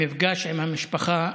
המפגש עם המשפחה,